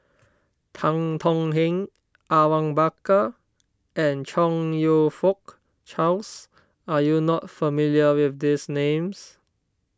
Tan Tong Hye Awang Bakar and Chong You Fook Charles are you not familiar with these names